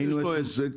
יש פה עסק